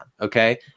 okay